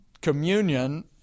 communion